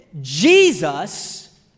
Jesus